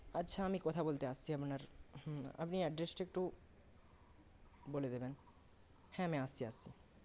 আচ্ছা আমি কথা বলতে আসছি আপনার হ্যাঁ আপনি এড্রেসটা একটু বলে দেবেন হ্যাঁ আমি আসছি আসছি